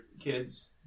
kids